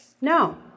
No